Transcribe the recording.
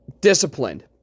Disciplined